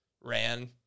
ran